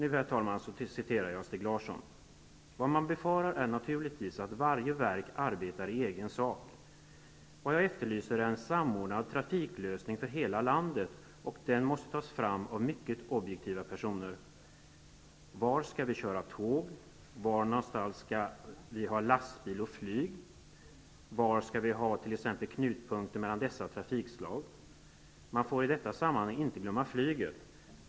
Stig Larsson har sagt: ''Vad man befarar är naturligtvis att varje verk arbetar i egen sak. Vad jag efterlyser är en samordnad trafiklösning för hela landet, och den måste tas fram av mycket objektiva personer. Var skall vi köra tåg, var någonstans skall vi ha lastbil och flyg? Var skall vi t.ex. ha knutpunkter mellan dessa trafikslag? Man får i detta sammanhang inte glömma flyget.